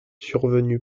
survenue